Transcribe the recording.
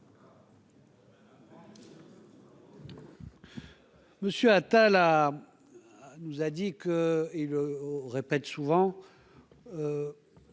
Monsieur Attal a nous a dit qu'il le répète souvent,